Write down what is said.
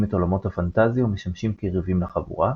את עולמות הפנטזיה ומשמשים כיריבים לחבורה.